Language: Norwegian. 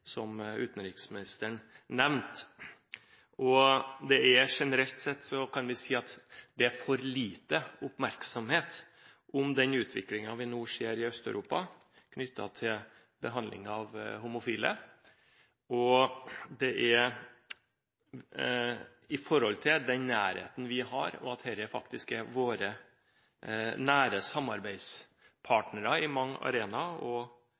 for lite oppmerksomhet om den utviklingen vi nå ser i Øst-Europa knyttet til behandlingen av homofile. Med tanke på den nærheten vi har, i og med at dette faktisk er våre nære samarbeidspartnere på mange arenaer og